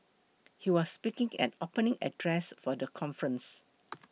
he was speaking at opening address for the conference